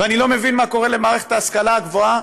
ואני לא מבין מה קורה למערכת ההשכלה הגבוהה,